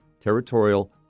Territorial